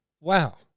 wow